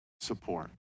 support